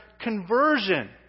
conversion